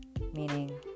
Meaning